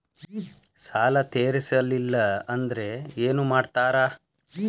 ಸಾಲ ತೇರಿಸಲಿಲ್ಲ ಅಂದ್ರೆ ಏನು ಮಾಡ್ತಾರಾ?